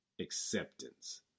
acceptance